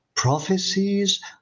prophecies